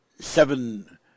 seven